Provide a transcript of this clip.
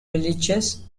religious